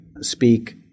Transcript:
speak